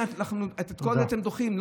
את הכול אתם דוחים.